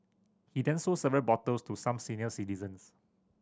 he then sold several bottles to some senior citizens